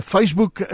Facebook